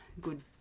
good